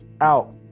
Out